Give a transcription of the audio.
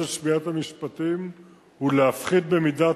מציג את החוק בשם שר המשפטים פרופסור יעקב